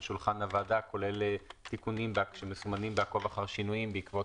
שולחן הוועדה כולל תיקונים שמסומנים בעקוב אחר שינויים בעקבות